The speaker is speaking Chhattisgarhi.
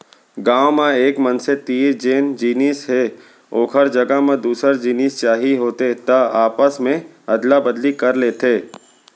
गाँव म एक मनसे तीर जेन जिनिस हे ओखर जघा म दूसर जिनिस चाही होथे त आपस मे अदला बदली कर लेथे